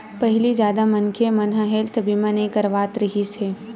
पहिली जादा मनखे मन ह हेल्थ बीमा नइ करवात रिहिस हे